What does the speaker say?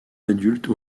adultes